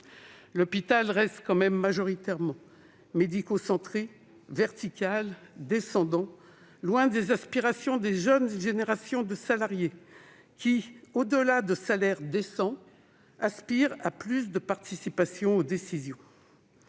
l'hôpital reste largement médico-centré, vertical et descendant, loin des aspirations des jeunes générations de salariés qui, au-delà de salaires décents, aspirent à davantage de participation aux décisions.